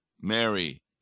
Mary